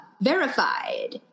verified